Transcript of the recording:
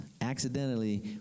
accidentally